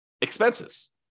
expenses